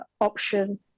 option